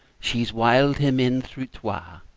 she's wyled him in through twa,